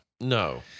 No